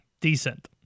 Decent